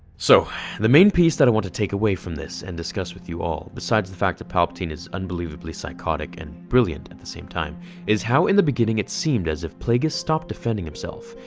so the main piece that i want to take away from this and discuss with you all besides the fact that palpatine is unbelievably psychotic and brilliant at the same time is how in the beginning it seemed as if plagueis stopped defending himself?